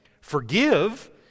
Forgive